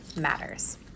matters